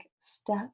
step